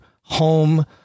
Home